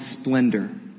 splendor